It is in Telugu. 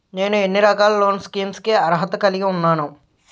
నేను ఎన్ని రకాల లోన్ స్కీమ్స్ కి అర్హత కలిగి ఉన్నాను?